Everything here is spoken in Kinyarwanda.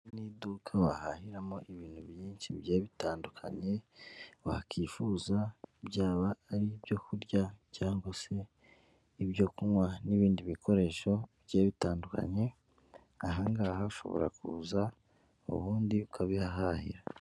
Iri ni iduka wahahiramo ibintu byinshi bigiye bitandukanye wakwifuza byaba ari ibyo kurya cyangwa se ibyo kunywa n'ibindi bikoresho bigiye bitandukanye aha ngaha ushobora kuza ubundi ukabihahahira.